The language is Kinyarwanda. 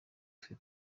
twe